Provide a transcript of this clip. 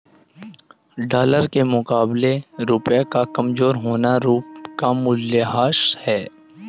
dollar के मुकाबले रुपए का कमज़ोर होना रुपए का मूल्यह्रास है